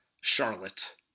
Charlotte